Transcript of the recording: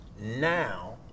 now